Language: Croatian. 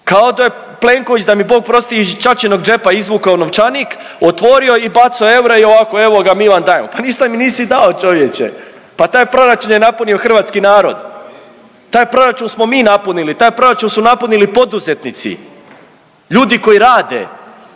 kao je Plenković da mi Bog prosti iz ćaćinog džepa izvukao novčanik otvorio i bacao eure i ovako evoga mi vam dajemo. Pa ništa mi nisi dao čovječe, pa taj proračun je napunio hrvatski narod, taj proračun smo mi napunili, taj proračun su napunili poduzetnici ljudi koji rade,